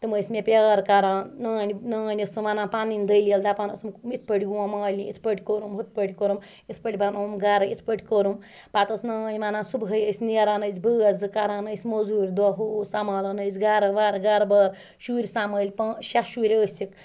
تِم ٲسۍ مےٚ پیار کَران نانۍ نانۍ ٲسٕم وَنان پَنٕنۍ دٔلیٖل دَپان ٲسٕم یِتھ پٲٹھۍ گووم مالِنہٕ ہِتھ پٲٹھۍ کورُم یُتھ پٲٹھۍ کوٚرُم یِتھ پٲٹھۍ بَنوٚوُم گَرٕ یِتھ پٲٹھۍ کوٚرُم پَتہٕ ٲس نانۍ وَنان صُبحٲے ٲسۍ نیران أسۍ بٲژ زٕ کَران ٲسۍ مزوٗرۍ دۄہ ہوو سَمبالَن ٲسۍ گَرٕ ورٕ گرٕ بار شُرۍ سَمبٲلۍ شےٚ شُرۍ ٲسِکھ